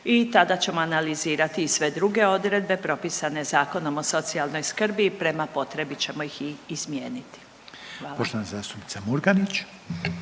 i tada ćemo analizirati i sve druge odredbe propisane Zakonom o socijalnoj skrbi i prema potrebi ćemo ih i izmijeniti. Hvala. **Reiner,